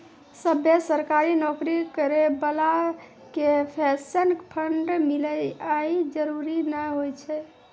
सभ्भे सरकारी नौकरी करै बाला के पेंशन फंड मिले इ जरुरी नै होय छै